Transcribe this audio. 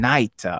Night